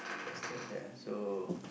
festive ya so